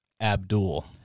Abdul